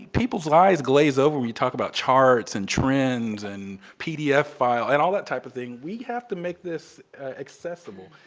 people's eyes glaze over when you talk about charts and trends and pdf files and all that type of thing. we have to make this accessible.